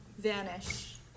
vanish